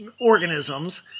organisms